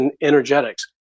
energetics